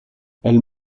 elle